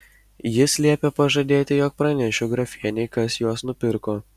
jis liepė pažadėti jog pranešiu grafienei kas juos nupirko